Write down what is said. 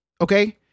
Okay